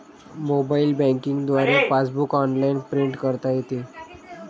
mobile banking द्वारे passbook online print करता येते